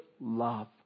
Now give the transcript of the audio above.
love